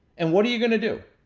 and what are you gonna do?